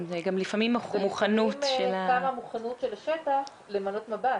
זה לפעמים גם המוכנות של השטח למנות מב"ס,